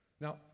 Now